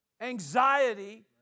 anxiety